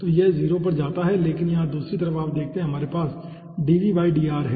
तो यह 0 पर जाता है लेकिन यहाँ दूसरी तरफ आप देखते हैं कि हमारे पास है